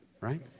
right